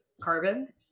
Carbon